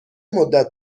مدت